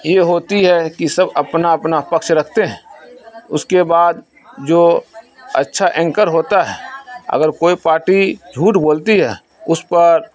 یہ ہوتی ہے کی سب اپنا اپنا پکش رکھتے ہیں اس کے بعد جو اچھا اینکر ہوتا ہے اگر کوئی پارٹی جھوٹ بولتی ہے اس پر